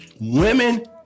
Women